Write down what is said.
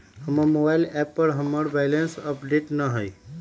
हमर mobile app पर हमर बैलेंस अपडेट न हई